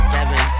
Seven